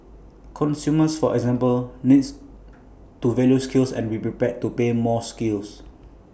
consumers for example need to value skills and be prepared to pay more for skills